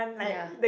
ya